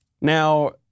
Now